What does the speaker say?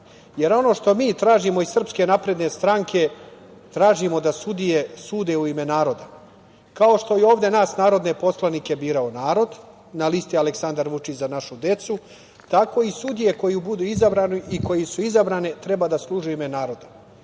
Jer, ono što mi tražimo iz SNS tražimo da sudije sude u ime naroda, kao što i ovde nas narodne poslanike je birao narod, na listi Aleksandar Vučić – Za našu decu, tako i sudije koje budu izabrane i koje su izabrane treba da služe u ime naroda,